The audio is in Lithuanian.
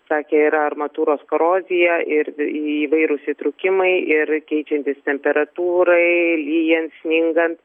sakė ir armatūros korozija ir įvairūs įtrūkimai ir keičiantis temperatūrai lyjant sningant